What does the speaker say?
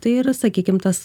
tai yra sakykim tas